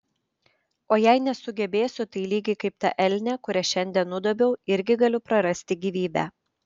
o jei nesugebėsiu tai lygiai kaip ta elnė kurią šiandien nudobiau irgi galiu prarasti gyvybę